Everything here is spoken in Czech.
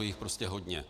Je jich prostě hodně.